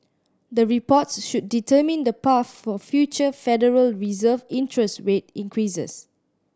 the reports should determine the path for future Federal Reserve interest rate increases